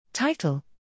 Title